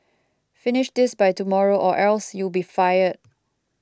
finish this by tomorrow or else you'll be fired